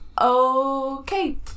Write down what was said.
okay